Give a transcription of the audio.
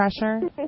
pressure